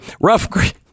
rough